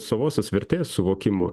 savosios vertės suvokimo